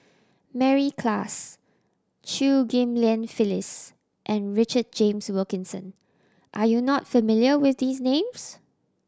Mary Klass Chew Ghim Lian Phyllis and Richard James Wilkinson are you not familiar with these names